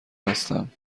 هستم